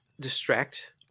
distract